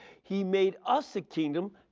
he made us a kingdom.